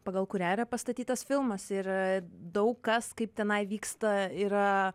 pagal kurią yra pastatytas filmas ir daug kas kaip tenai vyksta yra